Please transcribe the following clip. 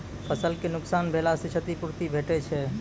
फसलक नुकसान भेलाक क्षतिपूर्ति भेटैत छै?